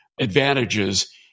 Advantages